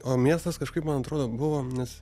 o miestas kažkaip man atrodo buvo nes